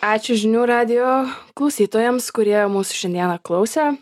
ačiū žinių radijo klausytojams kurie mūsų šiandieną klausė